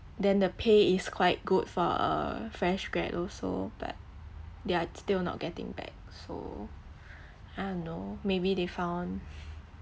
then the pay is quite good for uh a fresh grad also but they're still not getting back so I don't know maybe they found